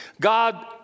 God